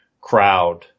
crowd